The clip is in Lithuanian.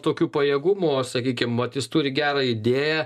tokiu pajėgumu sakykim vat jis turi gerą idėją